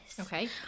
Okay